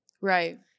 Right